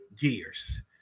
Gears